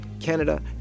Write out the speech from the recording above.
Canada